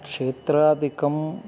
क्षेत्रादिकम्